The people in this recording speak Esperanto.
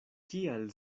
kial